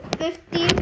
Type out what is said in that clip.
fifty